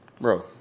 Bro